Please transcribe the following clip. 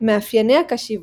מאפייני הקשיבות